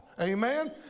amen